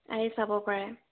আহি চাব পাৰে